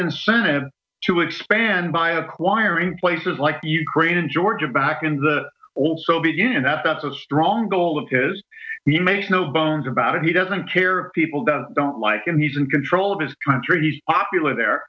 incentive to expand by acquiring places like ukraine and georgia back in the old soviet union fs a strong goal of his he makes no bones about it he doesn't care people don't like him he's in control of his country he's popular there